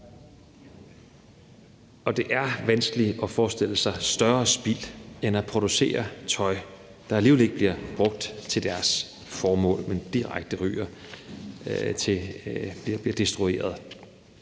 Det er vanskeligt at forestille sig et større spild end at producere tøj, der alligevel ikke bliver brugt til deres formål, men ryger direkte til destruktion.